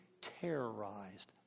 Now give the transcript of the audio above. terrorized